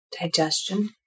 digestion